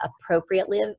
appropriately